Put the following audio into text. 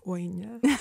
oi ne